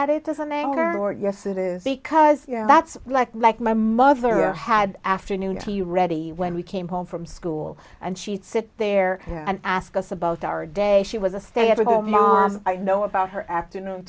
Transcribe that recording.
at it doesn't anger or yes it is because that's like like my mother had afternoon tea ready when we came home from school and she'd sit there and ask us about our day she was a stay at home mom i know about her afternoon